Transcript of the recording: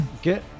Okay